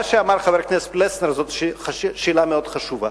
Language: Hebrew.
מה שאמר חבר הכנסת פלסנר זאת שאלה מאוד חשובה.